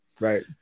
right